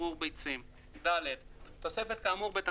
בו היא בהיקף של עד 22,500 ולא יהיה בתוספת המכסה